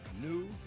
new